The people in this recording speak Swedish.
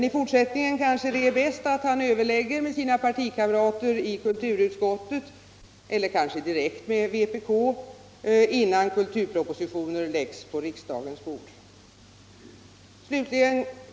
I fortsättningen kanske det är bäst att han överlägger med sina partikamrater i kulturutskottet — eller kanske direkt med vpk — innan kulturpropositioner läggs på riksdagens bord?